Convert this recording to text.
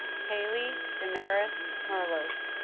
cailie damaris merlos